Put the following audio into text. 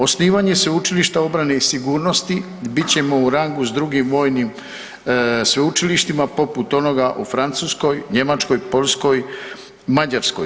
Osnivanje Sveučilišta obrane i sigurnosti, bit ćemo u rangu s drugim vojnim sveučilištima poput onoga u Francuskoj, Njemačkoj, Poljskom, Mađarskoj.